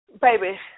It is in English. baby